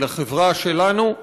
לחברה שלנו,